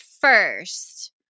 first